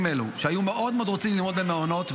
אלו שהיו מאוד מאוד רוצים ללמוד במעונות,